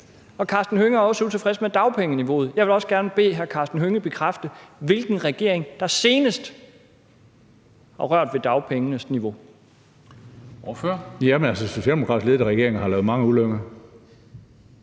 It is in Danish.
Hr. Karsten Hønge er også utilfreds med dagpengeniveauet. Jeg vil også gerne bede hr. Karsten Hønge bekræfte, hvilken regering der senest har rørt ved dagpengenes niveau. Kl. 13:39 Formanden (Henrik Dam Kristensen):